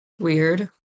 weird